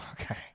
Okay